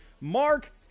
Mark